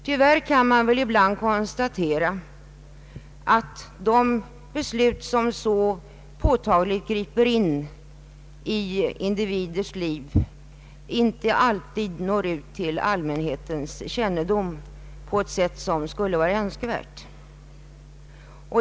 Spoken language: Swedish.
Tyvärr kan man väl ibland konstatera att de beslut som så påtagligt griper in i individers liv inte alltid når ut till allmänhetens kännedom på ett sätt som skulle vara önskvärt.